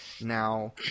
now